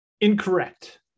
Incorrect